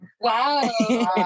Wow